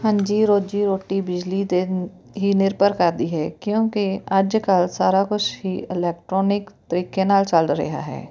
ਹਾਂਜੀ ਰੋਜੀ ਰੋਟੀ ਬਿਜਲੀ 'ਤੇ ਹੀ ਨਿਰਭਰ ਕਰਦੀ ਹੈ ਕਿਉਂਕਿ ਅੱਜ ਕੱਲ੍ਹ ਸਾਰਾ ਕੁਛ ਹੀ ਇਲੈਕਟ੍ਰੋਨਿਕ ਤਰੀਕੇ ਨਾਲ ਚੱਲ ਰਿਹਾ ਹੈ